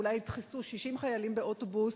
ואולי ידחסו 60 חיילים באוטובוס,